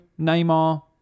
Neymar